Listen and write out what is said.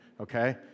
okay